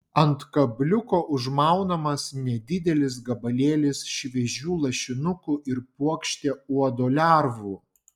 ant kabliuko užmaunamas nedidelis gabalėlis šviežių lašinukų ir puokštė uodo lervų